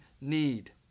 need